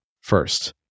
first